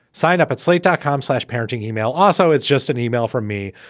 sign up at slate dot com. slash parenting email. also, it's just an email for me.